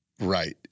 right